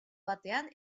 batean